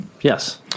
Yes